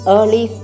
Early